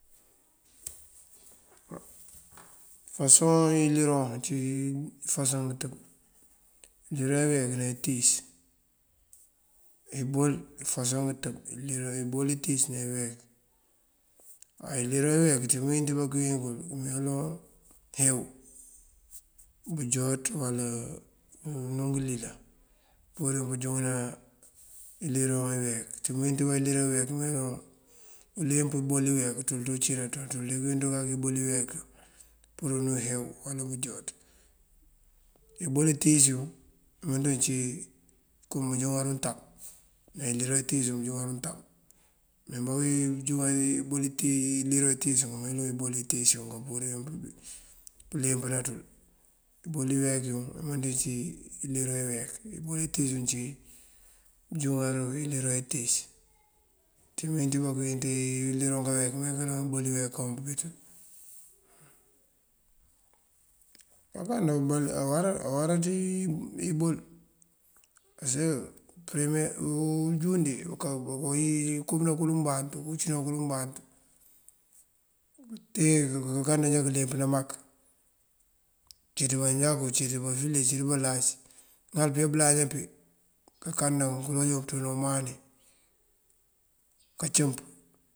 ifasoŋ iliroŋ ací ngëfasoŋ intëb: iliroŋ iyeek ná intíis. Ebol ngëfasoŋ ngëtëb: ebol intíis ná iyeek. Ay iliroŋ iyeek ţí mëwín ţí bá këwín kël meeno neewú bënjuwáaţ awala oloŋ ulilan purir yun pënjúŋëna iliroŋ iyeek. Ţí mëwín ţíba iliroŋ iyeek meen kaloŋ uleemp ubol uyeek ţul ţí uncína ţun, ţul ţí dí mëwín ţun kak ebol iyeek pur heew uwala bënjúuwáaţ. Ebol intíis yun, imënţ yun cí kom bënjúŋar untab ne iliroŋ itíis yun pur bënjúŋar untab. Me mëwín iliroŋ itíis ne ebol itíis yun kampuriri yun pëleempënan ţël. Ebol iyeekun imënţ yun cí iliroŋ iyeek, ebol intíis incí bunjúŋar iliroŋ intíis. Ţí mëwin bá këwin iliroŋ iyeek meen kaloŋ ebol iyek kon pëbí ţël. awará, awará ţí ebol pasaka unjundi kul kankobëna kun umbantu, kafucëna kun umbantu te kankanda já këleempëna mak. Cíţ manjakú, cíţ bafule, cíţ balaanc, ŋal pëyá bëlaña pí kankanda joon kunţúna umani, kancëmp.